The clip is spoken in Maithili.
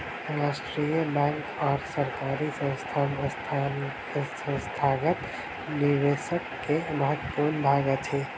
राष्ट्रीय बैंक और सरकारी संस्थान संस्थागत निवेशक के महत्वपूर्ण भाग अछि